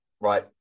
Right